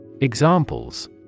Examples